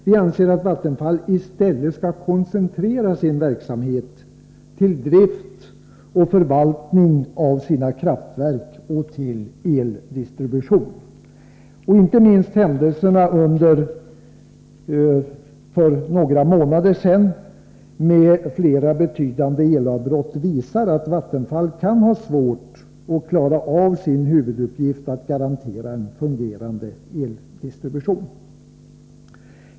Vi anser att Vattenfall i stället skall koncentrera verksamheten till drift och förvaltning av sina kraftverk samt till eldistribution. Inte minst händelserna för några månader sedan med flera betydande elavbrott visar att Vattenfall kan ha svårt att klara av sin huvuduppgift, nämligen att garantera en fungerande eldistribution.